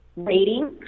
Rating